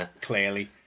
Clearly